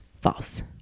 False